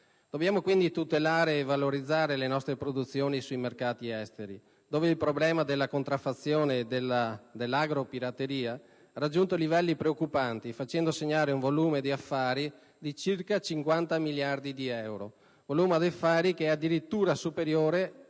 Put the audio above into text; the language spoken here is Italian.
Dobbiamo quindi tutelare e valorizzare le nostre produzioni sui mercati esteri, dove il problema della contraffazione e dell'agro-pirateria ha raggiunto livelli preoccupanti, facendo segnare un volume di affari di circa 50 miliardi di euro, addirittura superiore